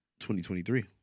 2023